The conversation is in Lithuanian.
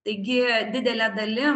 taigi didele dalim